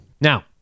Now